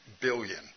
billion